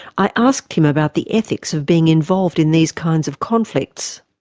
i asked him about the ethics of being involved in these kinds of conflicts.